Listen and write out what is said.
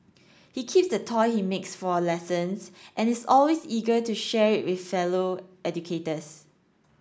he keeps the toy he makes for lessons and is always eager to share it with fellow educators